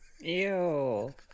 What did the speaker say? Ew